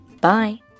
Bye